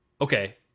okay